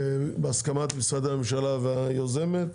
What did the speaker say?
בהסכמת משרדי הממשלה והיוזמת,